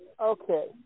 okay